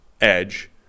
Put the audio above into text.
edge